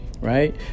Right